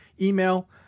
email